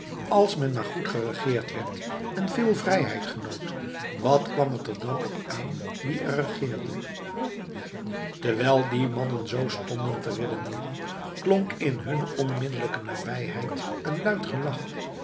als men maar goed geregeerd werd en veel vrijheid genoot wat kwam het er dan op aan wie er regeerde terwijl die mannen zoo stonden te redeneeren klonk in hunne onmiddellijke nabijheid een luid gelach